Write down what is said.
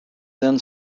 then